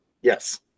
yes